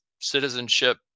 citizenship